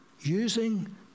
using